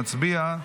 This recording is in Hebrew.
נצביע,